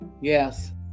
Yes